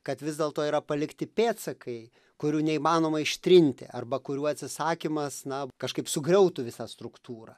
kad vis dėlto yra palikti pėdsakai kurių neįmanoma ištrinti arba kurių atsisakymas na kažkaip sugriautų visą struktūrą